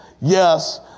yes